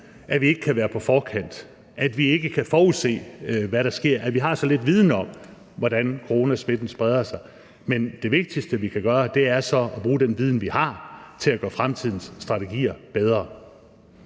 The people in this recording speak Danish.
at vi ikke kan være på forkant, at vi ikke kan forudse, hvad der sker, at vi har så lidt viden om, hvordan coronasmitten spreder sig, men det vigtigste, vi kan gøre, er så at bruge den viden, vi har, til at gøre fremtidens strategier bedre.